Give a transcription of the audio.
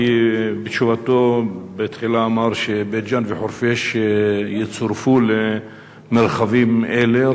כי בתשובתו בתחילה אמר שבית-ג'ן וחורפיש יצורפו למרחבים האלה.